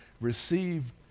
received